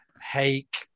hake